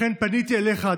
לכן פניתי אליך,